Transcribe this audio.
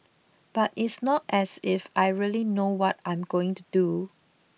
but it's not as if I really know what I'm going to do